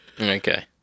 okay